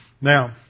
Now